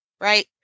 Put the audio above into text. right